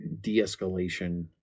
de-escalation